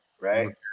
right